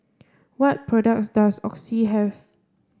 what products does Oxy have